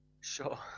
Sure